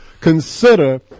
consider